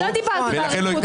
לא דיברתי באריכות, ראית.